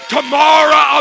Tomorrow